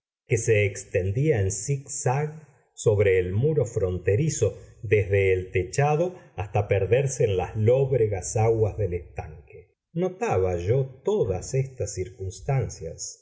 que se extendía en zigzag sobre el muro fronterizo desde el techado hasta perderse en las lóbregas aguas del estanque notaba yo todas estas circunstancias